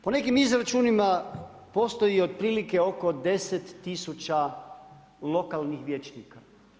Po nekim izračunima, postoji otprilike oko 10000 lokalnih vijećnika.